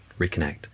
reconnect